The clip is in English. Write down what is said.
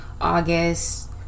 august